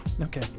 Okay